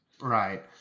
right